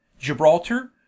Gibraltar